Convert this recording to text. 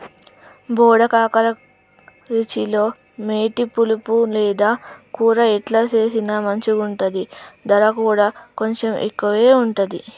బోడ కాకర రుచిలో మేటి, పులుసు లేదా కూర ఎట్లా చేసిన మంచిగుంటది, దర కూడా కొంచెం ఎక్కువే ఉంటది